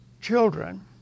children